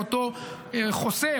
ואותו חוסך,